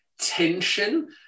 tension